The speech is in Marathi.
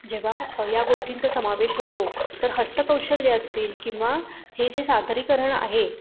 जेव्हा या गोष्टींचा समावेश होतो तर हस्तकौशल्य असतील किंवा हे जे सादरीकरण आहे